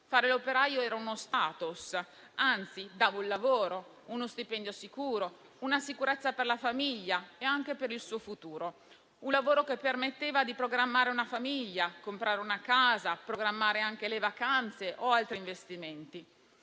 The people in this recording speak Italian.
Fare l'operaio era uno *status*, anzi, dava un lavoro, uno stipendio sicuro, una sicurezza per la famiglia e anche per il futuro, un lavoro che permetteva di pensare a costruire una famiglia, a comprare una casa, a programmare le vacanze o a fare altri investimenti.